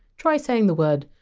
try saying the word!